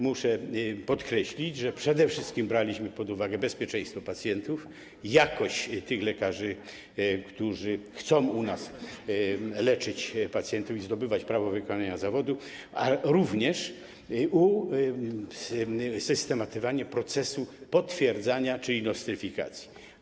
Muszę podkreślić, że przede wszystkim braliśmy pod uwagę bezpieczeństwo pacjentów, jakość tych lekarzy, którzy chcą u nas leczyć pacjentów i zdobywać prawo wykonywania zawodu, ale również usystematyzowanie procesu potwierdzania, czyli nostryfikacji.